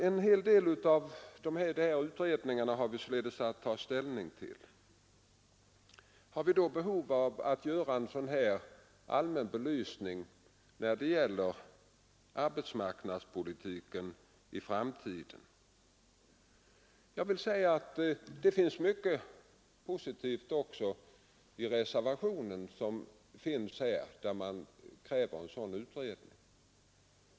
Vi har alltså en hel del utredningsförslag att ta ställning till. Har vi då behov av att göra en allmän utredning när det gäller arbetsmarknadspolitiken i framtiden? Det finns mycket positivt i den reservation där man kräver en sådan utredning.